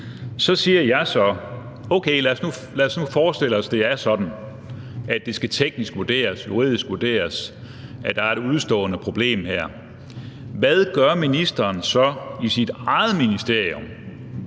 Så siger jeg: Okay, lad os nu forestille os, at det er sådan, at det skal teknisk vurderes, juridisk vurderes, at der er et udestående problem her. Hvad gør ministeren så i sit eget ministerium